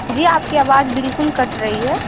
जी आपकी आवाज़ बिल्कुल कट रही है